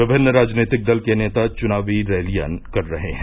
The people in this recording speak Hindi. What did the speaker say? विभिन्न राजनीतिक दल के नेता चुनावी रैलियां कर रहे हैं